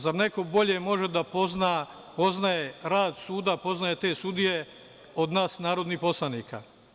Zar neko bolje može da poznaje rad suda, poznaje te sudije od nas narodnih poslanika?